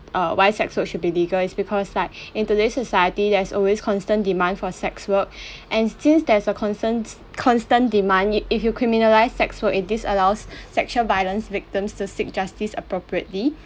err why sex work should be legal is because like in today's society there is always constant demand for sex work and since there is a constant constant demand if you criminalise sex work it disallows sexual violence victims to seek justice appropriately